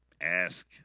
ask